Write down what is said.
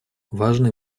важно